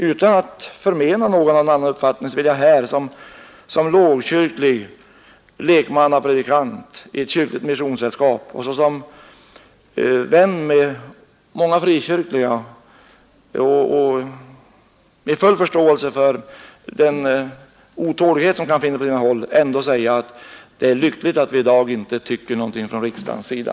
Utan att förmena någon rätten att ha en annan uppfattning vill jag här som lågkyrklig lekmannapredikant i ett kyrkligt missionssällskap, såsom vän med många frikyrkliga och med full förståelse för den otälighet som kan finnas på sina håll, ändå säga att det är lyckligt att vi i dag inte tycker någonting från riksdagens sida.